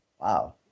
Wow